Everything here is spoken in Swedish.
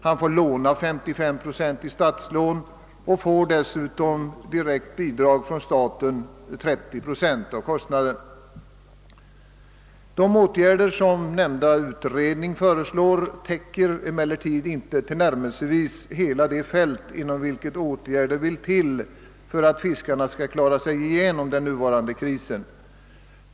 Han får låna av staten 55 procent och får i bidrag från staten 30 procent av kostnaden. De åtgärder som nämnda utredning föreslår täcker emellertid inte tillnärmelsevis hela det fält, inom vilket åtgärder måste vidtagas för att fiskarna skall klara sig igenom den nuvarande krisen.